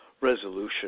resolution